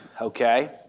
okay